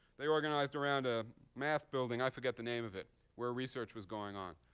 they organized around a math building i forget the name of it where research was going on.